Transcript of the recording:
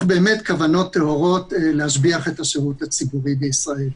כוונות טהורות להשביח את השירות הציבורי בישראל.